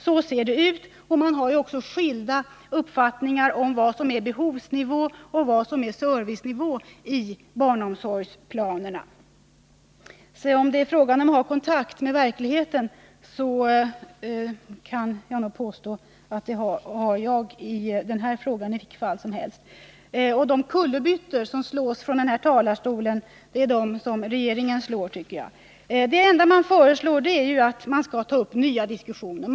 Så ser det ut. Man har också skilda uppfattningar om vad som är behovsnivå och vad som är servicenivå i barnomsorgsplanerna. Om det gäller att ha kontakt med verkligheten, så kan jag nog påstå att jag har det i den här frågan. De kullerbyttor som slås från den här talarstolen är de som regeringen slår, tycker jag. Det enda regeringen föreslår är nya diskussioner.